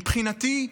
מבחינתי,